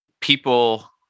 people